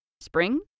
Spring